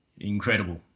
incredible